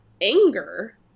anger